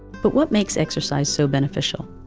but what makes exercise so beneficial?